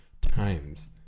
Times